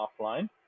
offline